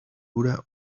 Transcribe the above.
dura